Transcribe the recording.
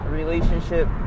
relationship